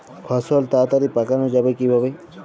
ফসল তাড়াতাড়ি পাকানো যাবে কিভাবে?